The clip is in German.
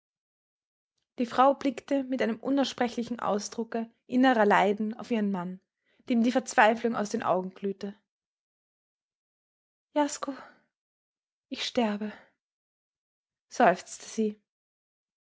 die frau blickte mit einem unaussprechlichen ausdrucke innerer leiden auf ihren mann dem die verzweiflung aus den augen glühte jasko ich sterbe seufzte sie